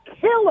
killer